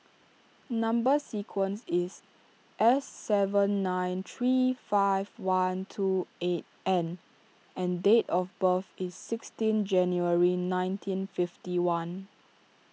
Number Sequence is S seven nine three five one two eight N and date of birth is sixteen January nineteen fifty one